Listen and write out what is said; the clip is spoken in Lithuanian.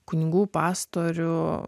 kunigų pastorių